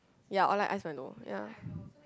ya or like iced milo ya